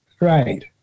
right